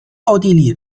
奥地利